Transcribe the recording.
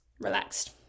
relaxed